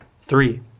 Three